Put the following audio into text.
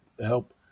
help